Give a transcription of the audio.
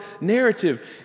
narrative